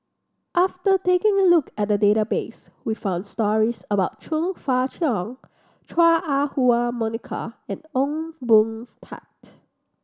after taking a look at the database we found stories about Chong Fah Cheong Chua Ah Huwa Monica and Ong Boon Tat